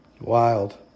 Wild